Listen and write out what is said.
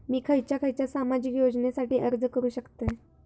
मी खयच्या खयच्या सामाजिक योजनेसाठी अर्ज करू शकतय?